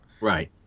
Right